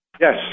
Yes